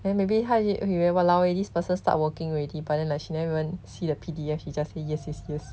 then maybe 他以以为 !walao! eh this person start working already but then like she never even see the P_D_F she just say yes yes yes